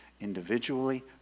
Individually